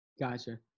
Gotcha